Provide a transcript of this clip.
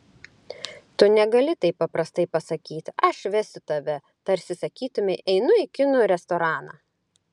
tu negali taip paprastai pasakyti aš vesiu tave tarsi sakytumei einu į kinų restoraną